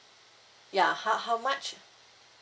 ya how how much